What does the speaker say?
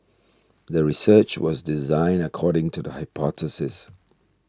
the research was designed according to the hypothesis